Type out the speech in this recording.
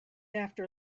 after